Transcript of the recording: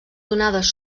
donades